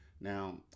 Now